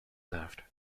left